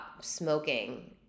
smoking